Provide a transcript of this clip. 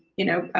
you know,